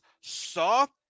soft